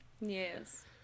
Yes